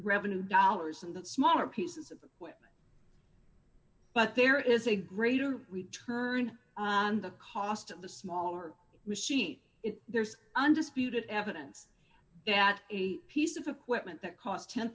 revenue dollars and that smaller pieces of equipment but there is a greater return on the cost of the smaller machine there's undisputed evidence that a piece of equipment that cost ten